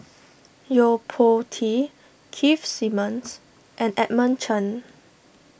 Yo Po Tee Keith Simmons and Edmund Chen